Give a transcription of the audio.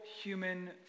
Human